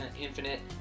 Infinite